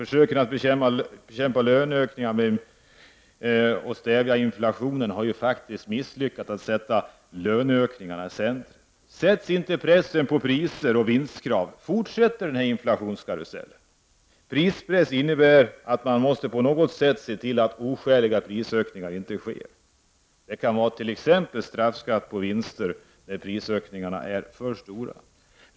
Försöken att stävja inflationen genom att bekämpa löneökningar, genom att sätta löneökningarna i centrum, har faktiskt miss lyckats. Sätts inte pressen in på priser och vinstkrav, fortsätter inflationskarusellen. Prispress innebär att man på något sätt måste se till att oskäliga prisök ningar inte sker. Det kan t.ex. vara straffskatt på vinster när prisökningarna är för stora.